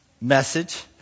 message